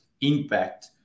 impact